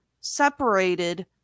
separated